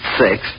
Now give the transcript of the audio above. six